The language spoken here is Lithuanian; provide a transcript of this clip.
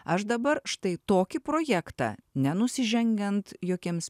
aš dabar štai tokį projektą nenusižengiant jokiems